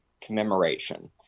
commemoration